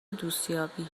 دوستیابی